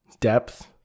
depth